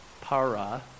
para